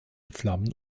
flammen